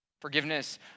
Forgiveness